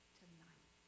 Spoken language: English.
tonight